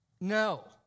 No